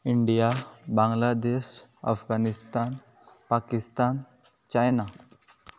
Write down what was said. India Bangladesh Afghanistan Pakistan China